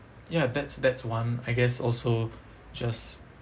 ya that's that's one I guess also just